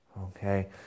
Okay